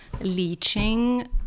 leaching